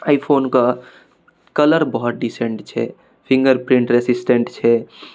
एहि फोनके कलर बहुत डिसेन्ट छै फिङ्गर प्रिन्ट रेसिस्टेन्ट छै